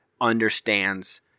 understands